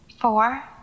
Four